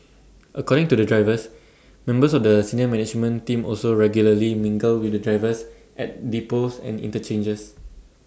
according to the drivers members of the senior management team also regularly mingle with the drivers at depots and interchanges